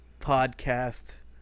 podcast